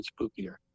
spookier